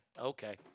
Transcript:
Okay